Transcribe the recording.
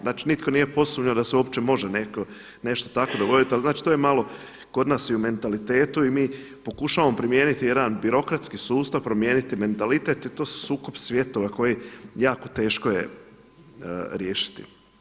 Znači, nitko nije posumnjao da se uopće može nešto tako dogoditi, ali znači to je kod malo i u mentalitetu i mi pokušavamo primijeniti jedan birokratski sustav, promijeniti mentalitet i to je sukob svjetova koji jako teško je riješiti.